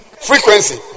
frequency